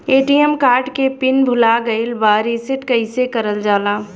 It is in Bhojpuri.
ए.टी.एम कार्ड के पिन भूला गइल बा रीसेट कईसे करल जाला?